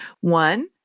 one